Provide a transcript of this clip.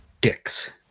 dicks